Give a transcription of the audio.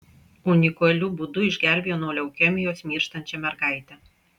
unikaliu būdu išgelbėjo nuo leukemijos mirštančią mergaitę